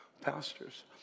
pastors